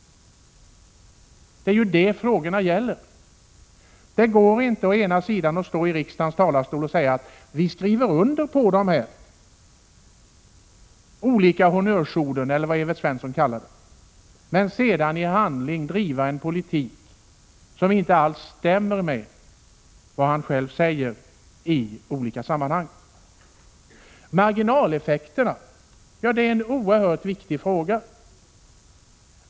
Det är detta frågorna gäller. Det går inte att stå i riksdagens talarstol och säga att man skriver under på de olika honnörsorden, eller vad Evert Svensson kallade dem, och sedan i handling driva en politik som inte alls stämmer med vad man själv säger. Marginaleffekterna är en oerhört viktig fråga.